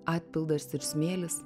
atpildas ir smėlis